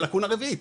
זו לקונה רביעית.